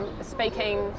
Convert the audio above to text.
speaking